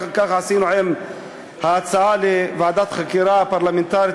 ככה עשינו עם ההצעה לוועדת חקירה פרלמנטרית